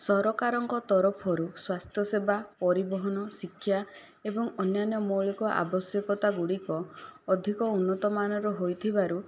ସରକାରଙ୍କ ତରଫରୁ ସ୍ୱାସ୍ଥ୍ୟ ସେବା ପରିବହନ ଶିକ୍ଷା ଏବଂ ଅନ୍ୟାନ ମୌଳିକ ଆବଶ୍ୟକତା ଗୁଡ଼ିକ ଅଧିକ ଉନ୍ନତମାନର ହୋଇଥିବାରୁ